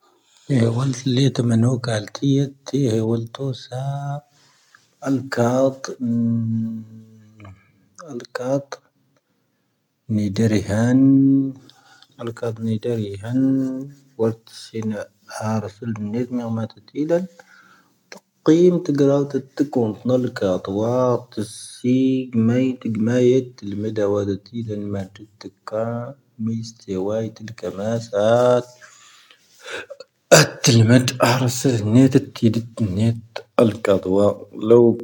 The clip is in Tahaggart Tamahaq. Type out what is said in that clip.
ⵀⴻ ⵡⴰⵏ ⵙⴰⵍⵍⴰⵉⵜⴰⵀⵏⴰ ⴽⴰⵀⵓⵏⵜⴰⵇ ⵎⴰⵏⵓ ⴽⵀⴰⵍⵜⵉⵢⴻ ⵡⴰⵍ ⵜⵓⵉⵙⴰⵡⵇ ⴰⵍⵇⴰⵜ ⵜⵉⵍ ⴰⵍⵇⴰⵇ ⵏⵉⴷⴻⵔⵉⵀⴰⵜ ⴰⵇⴰⵇ ⵏⵉⴷⴻⵔⵉⵀⴰⵏ ⵡⴰⵜⵙⵉⵏⴰⵀⵉⵏ ⵀⴰⵔⴰ ⵙⵓⵍ ⵜⵓⵇⵇⵉⵏ ⵜⵉⵉⵜⵉⵇⵉⵏ ⵀⴰⵍⵇⴰ ⴰⴷⴰⵡⴰⵔ ⵜⵉⵇⵎⴰ ⵉ ⵜⵉⴳⵎⴰⵉ ⵜⵉⵍⵎⴰ ⴷⴻⵡⴰ.